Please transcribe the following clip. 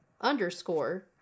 underscore